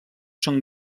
són